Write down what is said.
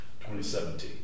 2017